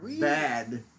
bad